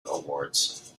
awards